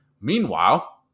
Meanwhile